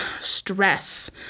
stress